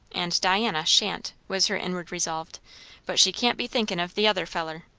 and diana sha'n't, was her inward resolve but she can't be thinkin' of the other feller.